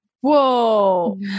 whoa